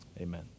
amen